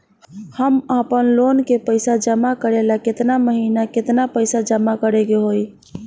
हम आपनलोन के पइसा जमा करेला केतना महीना केतना पइसा जमा करे के होई?